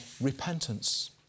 repentance